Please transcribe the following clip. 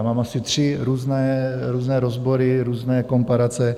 Mám asi tři různé rozbory, různé komparace.